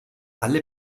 alle